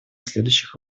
следующих